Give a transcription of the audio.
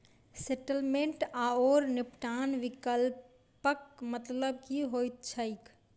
Settlement आओर निपटान विकल्पक मतलब की होइत छैक?